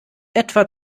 etwa